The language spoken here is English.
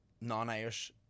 non-Irish